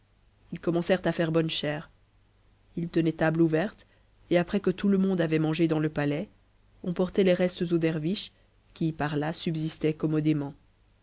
ils commencèrent à faire bonne chère ils tenaient table ouverte et après que tout le monde avait mangé dans le palais on portait les restes aux derviches qui par la subsistaient commodément